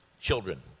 children